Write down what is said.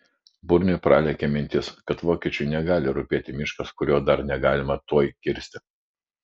burniui pralėkė mintis kad vokiečiui negali rūpėti miškas kurio dar negalima tuoj kirsti